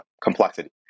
complexity